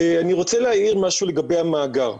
אני רוצה להעיר משהו לגבי המאגר.